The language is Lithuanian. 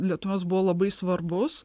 lietuvos buvo labai svarbus